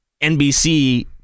NBC